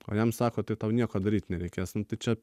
o jam sako tai tau nieko daryt nereikės nu tai čia